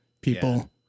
people